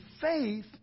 faith